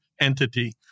entity